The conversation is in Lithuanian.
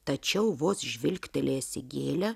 tačiau vos žvilgtelėjęs į gėlę